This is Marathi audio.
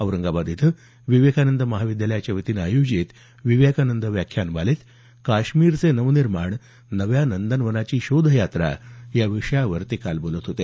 औरंगाबाद इथं विवेकानंद महाविद्यालयाच्या वतीनं आयोजित विवेकानंद व्याख्यानमालेत काश्मीरचे नवनिर्माणः नव्या नंदनवनाची शोधयात्रा या विषयावर ते बोलत होते